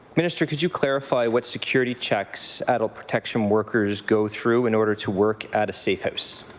minister, could you clarify what security checks, adult protection workers go through in order to work at a safe house?